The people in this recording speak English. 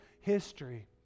history